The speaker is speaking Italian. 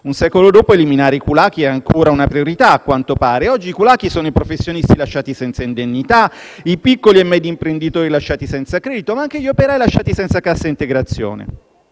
Un secolo dopo, eliminare i *kulaki* è ancora una priorità, a quanto pare, che oggi sono i professionisti lasciati senza indennità, i piccoli e medi imprenditori senza credito, ma anche gli operai senza cassa integrazione.